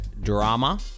drama